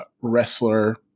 wrestler